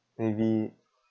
maybe